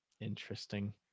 interesting